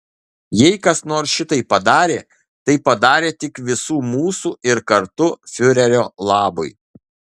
jei kas nors šitai padarė tai padarė tik visų mūsų ir kartu fiurerio labui